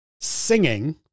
singing